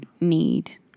need